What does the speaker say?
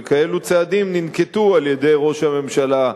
וצעדים כאלו ננקטו על-ידי ראש הממשלה,